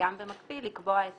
וגם במקביל לקבוע את